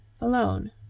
alone